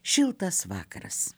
šiltas vakaras